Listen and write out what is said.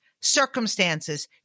circumstances